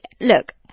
look